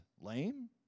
Lame